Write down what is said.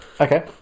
Okay